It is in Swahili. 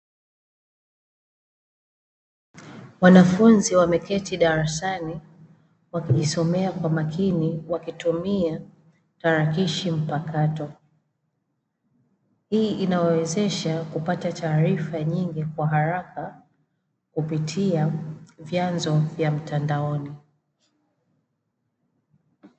Wanafunzi wameketi darasani wakijisomea kwa makini, wakitumia tarakishi mpakato. Hii inawawezesha kupata taarifa nyingi kwa haraka kupitia vyanzo vya mtandaoni.